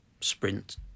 sprint